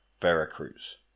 Veracruz